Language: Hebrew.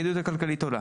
הכדאיות הכלכליות עולה.